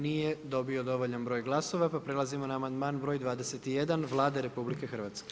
Nije dobio dovoljan broj glasova pa prelazimo na amandman br. 21 Vlade RH.